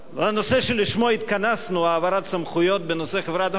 שלשמו התכנסנו, העברת סמכויות בנושא חברת "הוט",